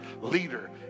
leader